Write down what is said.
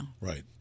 Right